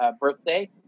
birthday